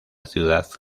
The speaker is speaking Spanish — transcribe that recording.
ciudad